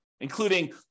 including